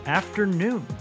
afternoon